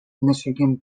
michigan